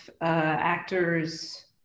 actors